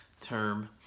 term